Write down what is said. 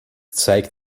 zeigt